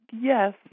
Yes